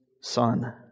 Son